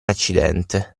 accidente